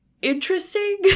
interesting